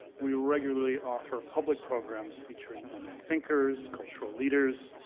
we regularly offer public programs featuring eminent thinkers, cultural leaders,